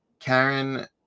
Karen